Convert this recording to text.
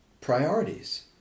priorities